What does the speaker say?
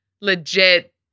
legit